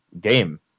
game